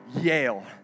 Yale